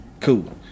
Cool